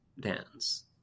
dance